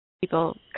people